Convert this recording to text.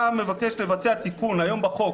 מבקש לבצע תיקון, היום בחוק